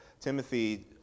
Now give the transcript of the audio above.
Timothy